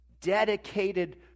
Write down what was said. dedicated